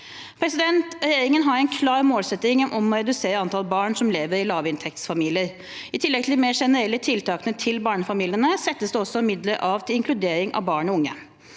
Regjeringen har en klar målsetting om å redusere antallet barn som lever i lavinntektsfamilier. I tillegg til de mer generelle tiltakene til barnefamiliene settes det av midler til inkludering av barn og unge.